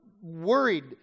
worried